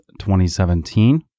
2017